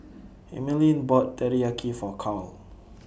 Emeline bought Teriyaki For Carl